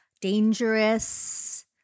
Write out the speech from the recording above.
dangerous